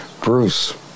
Bruce